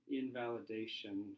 invalidation